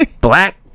black